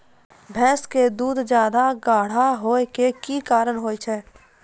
भैंस के दूध ज्यादा गाढ़ा के कि कारण से होय छै?